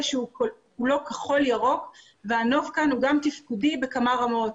שהוא כולו כחול-ירוק והנוף כאן הוא גם תפקודי בכמה רמות,